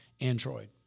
Android